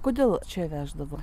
kodėl čia veždavo